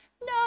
no